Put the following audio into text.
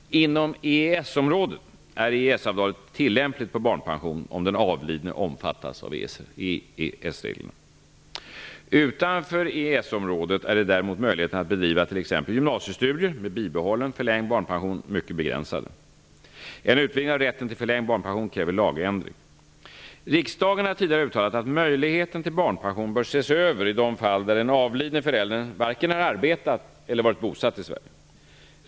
Inom EES-området är EES-avtalet tillämpligt på barnpension om den avlidne omfattades av EES Utanför EES-området är däremot möjligheterna att bedriva t.ex. gymnasiestudier med bibehållen förlängd barnpension mycket begränsade. En utvidgning av rätten till förlängd barnpension kräver lagändring. Riksdagen har tidigare uttalat att möjligheten till barnpension bör ses över i de fall där den avlidne föräldern varken har arbetat eller varit bosatt i Sverige.